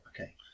okay